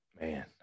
Man